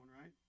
right